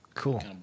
cool